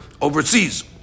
overseas